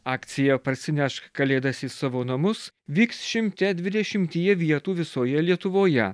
akcija parsinešk kalėdas į savo namus vyks šimte dvidešimtyje vietų visoje lietuvoje